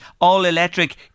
All-Electric